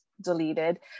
deleted